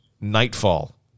Nightfall